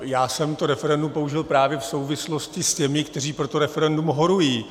Já jsem to referendum použil právě v souvislosti s těmi, kteří pro to referendum horují.